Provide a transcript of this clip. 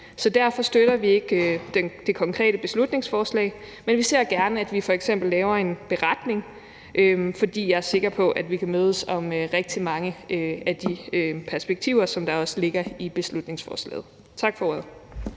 Så derfor støtter vi ikke det konkrete beslutningsforslag, men vi ser gerne, at vi f.eks. laver en beretning, for jeg er sikker på, at vi kan mødes om rigtig mange af de perspektiver, som der også ligger i beslutningsforslaget. Tak for ordet.